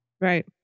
Right